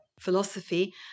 philosophy